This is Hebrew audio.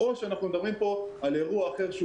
או שאנחנו מדברים פה על אירוע אחר שהוא